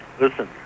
Listen